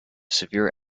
severe